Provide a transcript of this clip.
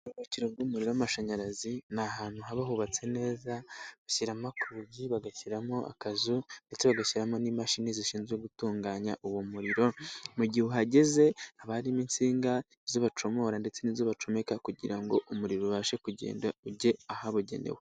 Umuriro w'amashanyarazi ni ahantu haba hubatswe neza bashyiramo urugi bagashyiramo akazu ndetse bagashyiramo n'imashini zishinzwe gutunganya uwo muriro. Mu gihe uhageze haba harimo insinga zo bacomora ndetse n'izo bacomeka kugira ngo umuriro ubashe kugenda ujye ahabugenewe.